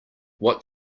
what